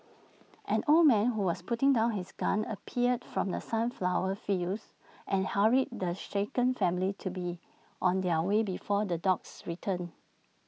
an old man who was putting down his gun appeared from the sunflower fields and hurried the shaken family to be on their way before the dogs return